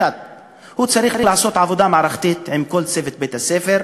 1. הוא צריך לעשות עבודה מערכתית עם כל צוות בית-הספר,